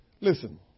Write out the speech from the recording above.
Listen